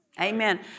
Amen